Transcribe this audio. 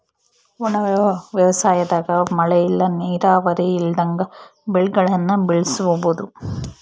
ಒಣ ವ್ಯವಸಾಯದಾಗ ಮಳೆ ಇಲ್ಲ ನೀರಾವರಿ ಇಲ್ದಂಗ ಬೆಳೆಗುಳ್ನ ಬೆಳಿಬೋಒದು